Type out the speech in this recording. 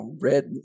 Red